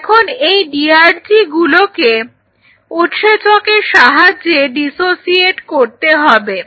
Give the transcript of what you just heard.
এখন এই DRG গুলোকে উৎসেচকের সাহায্যে ডিসোসিয়েট করতে হবে